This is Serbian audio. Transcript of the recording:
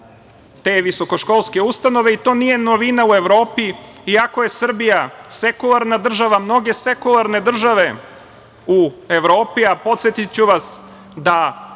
te visokoškolske ustanove. To nije novina u Evropi, iako je Srbija sekularna država, mnoge sekularne države u Evropi, a podsetiću vas da